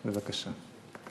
בבקשה.